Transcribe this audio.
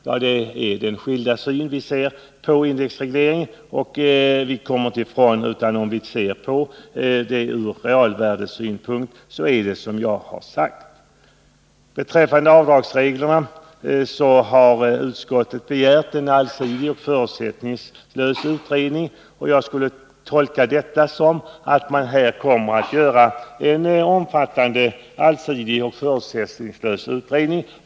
Ja, det beror på de skilda synsätt vi båda har när det gäller indexregleringen. Om vi ser frågan från realvärdesynpunkt kommer vi inte ifrån att det är som jag har sagt. Beträffande avdragsreglerna har utskottet begärt en allsidig och förutsättningslös utredning, och jag skulle tolka detta på så sätt att man här kommer att göra en omfattande, allsidig och förutsättningslös utredning.